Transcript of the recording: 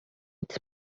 its